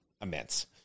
immense